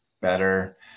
better